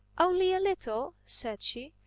only a little, said she.